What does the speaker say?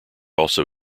also